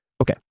Okay